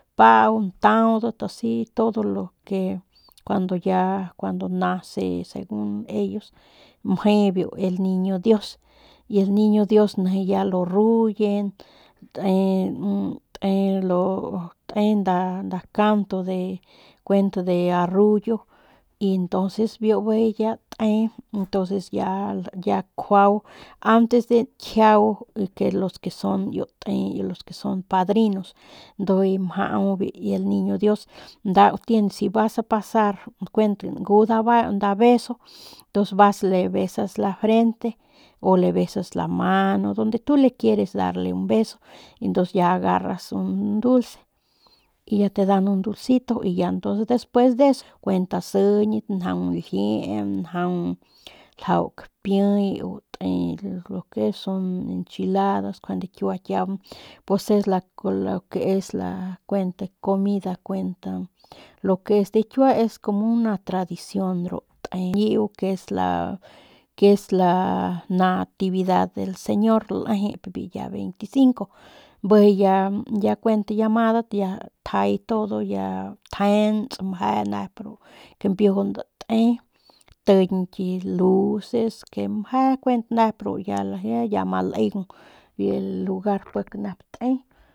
Pau ntaudat asi todo lo que kuando ya cuando nace segun ellos mje el niño dios y el niño dios nijiy ya lo arrullen te lo te nda canto kuent de arruyo y entonces biu bijiy ya te entonces bijiy ya kjuau antes de njisu y los que son iu te los que son padrinos ndujuy mjau biu ki lniño dios nda si vas a pasar kuen ngu nda vas nda beso tu vas le besas la frente o le besas la mano donde tu le quieres dar un beso y entonces ya agarras un dulce y ya te dan un dulce y despues deso cuentas sijiñat njaung ljiee njaung ljau kapiay y te lo que son enchiladas kiua kian pues lo que es kuent la comida kuent lo que es kiua pues es kuent comida lo que es de kiua es una tradicion y xñiu que es la natividad del señor lejep billa el 25 bijiy ya kuent ya amadat ya tjay ya todo tjents mje nep ru kampiujun date tiñki luces mje ya kuent ya ama leung biu lugar biu pik nep date.